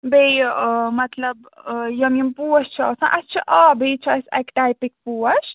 بیٚیہِ ٲں مطلب ٲں یِم یِم پوش چھِ آسان اسہِ چھِ آ بیٚیہِ چھُ اسہِ اَکہِ ٹایپٕکۍ پوش